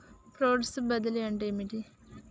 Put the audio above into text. Funds బదిలీ అంటే ఏమిటి?